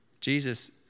Jesus